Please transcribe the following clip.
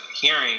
hearing